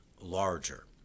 larger